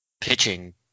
pitching